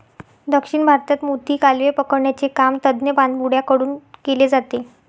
दक्षिण भारतात मोती, कालवे पकडण्याचे काम तज्ञ पाणबुड्या कडून केले जाते